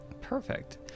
Perfect